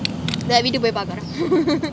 நா வீட்டுக்கு போய் பாக்குறேன்:na veetukku poai paakuren